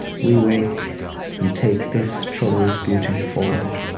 we wake and take this troubled beauty forward.